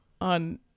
on